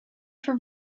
for